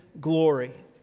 glory